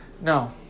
No